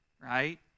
Right